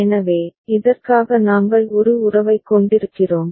எனவே இதற்காக நாங்கள் ஒரு உறவைக் கொண்டிருக்கிறோம்